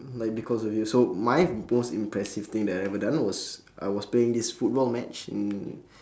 like because of you so my most impressive thing that I ever done was I was playing this football match in